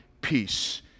peace